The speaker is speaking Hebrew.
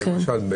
למשל,